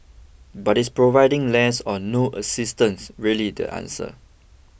but this providing less or no assistance really the answer